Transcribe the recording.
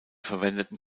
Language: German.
verwendeten